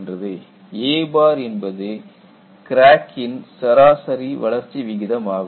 a என்பது கிராக்க்கின் சராசரி வளர்ச்சி விகிதம் ஆகும்